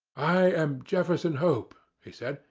i am jefferson hope, he said.